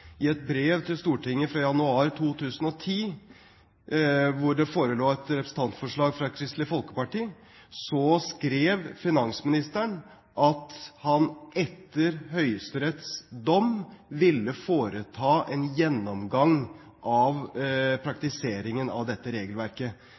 I et brev til Stortinget fra januar 2010, hvor det forelå et representantforslag fra Kristelig Folkeparti, skrev finansministeren at han etter Høyesteretts dom ville foreta en gjennomgang av